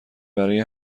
برای